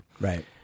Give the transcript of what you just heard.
Right